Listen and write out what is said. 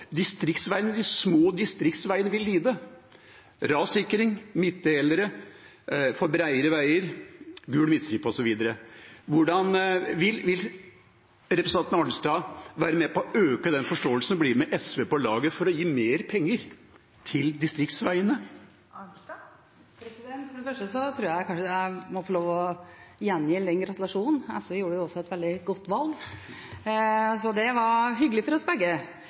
distriktsveiene vil lide når det gjelder rassikring, midtdelere, bredere veier, gul midtstripe osv. Vil representanten Arnstad være med på å øke den forståelsen og bli med SV på laget for å gi mer penger til distriktsveiene? For det første må jeg få lov til å gjengjelde gratulasjonen. SV gjorde også et veldig godt valg. Det var hyggelig for oss begge.